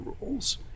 rules